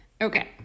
Okay